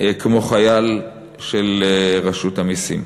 כמו חייל של רשות המסים.